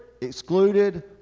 excluded